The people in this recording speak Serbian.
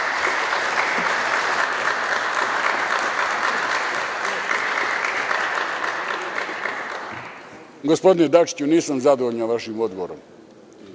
Gospodine Dačiću, nisam zadovoljan vašim odgovorom.